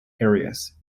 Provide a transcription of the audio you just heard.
areas